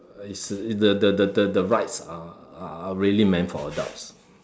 it's uh the the the the the rides are are really meant for adults